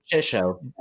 show